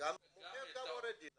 וגם את עורך הדין.